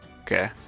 okay